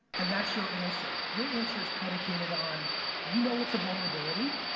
and that's your answer. your answer is predicated on you know it's a vulnerability.